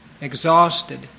exhausted